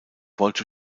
wollte